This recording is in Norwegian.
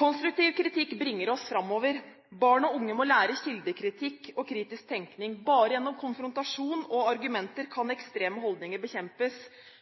Konstruktiv kritikk bringer oss framover. Barn og unge må lære kildekritikk og kritisk tenkning. Bare gjennom konfrontasjon og argumenter kan ekstreme holdninger bekjempes.